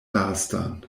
lastan